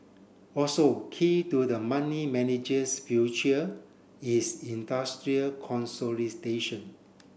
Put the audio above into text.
also key to the money manager's future is industry